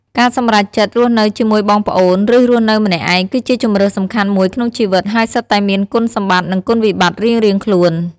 ការសម្រេចចិត្តរស់នៅជាមួយបងប្អូន ឬរស់នៅម្នាក់ឯង គឺជាជម្រើសសំខាន់មួយក្នុងជីវិត ហើយសុទ្ធតែមានគុណសម្បត្តិ និងគុណវិបត្តិរៀងៗខ្លួន។